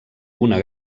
una